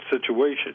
situation